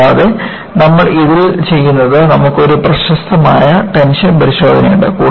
കൂടാതെ നമ്മൾ ഇതിൽ ചെയ്യുന്നത് നമുക്ക് ഒരു പ്രശസ്തമായ ടെൻഷൻ പരിശോധനയുണ്ട്